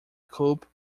coup